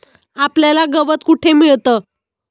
आपल्याला गवत कुठे मिळतं?